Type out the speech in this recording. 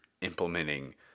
implementing